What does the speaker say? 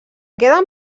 queden